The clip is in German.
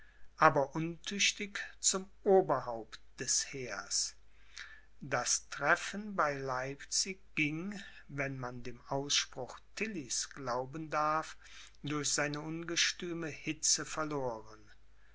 aber untüchtig zum oberhaupt des heers das treffen bei leipzig ging wenn man dem ausspruch tillys glauben darf durch seine ungestüme hitze verloren